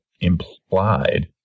Implied